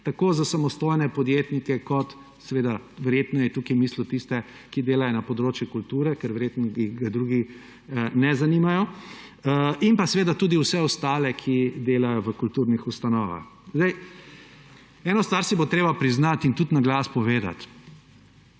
tako za samostojne podjetnike – seveda verjetno je tukaj mislil tiste, ki delajo na področju kulture, ker verjetno ga drugi ne zanimajo, in pa seveda tudi vse ostale, ki delajo v kulturnih ustanovah. Zdaj, eno stvar si bo treba priznati in tudi na glas povedati;